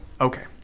Okay